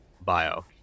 bio